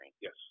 Yes